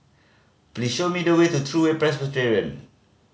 please show me the way to True Presbyterian